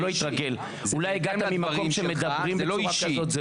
אולי הגעת ממקום שמדברים בצורה כזאת.